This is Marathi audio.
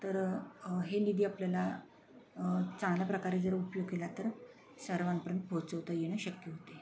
तर हे निधी आपल्याला चांगल्या प्रकारे जर उपयोग केला तर सर्वांपर्यंत पोहोचवता येणं शक्य होते